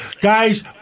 Guys